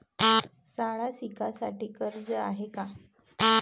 शाळा शिकासाठी कर्ज हाय का?